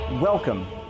Welcome